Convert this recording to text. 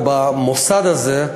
ובמוסד הזה,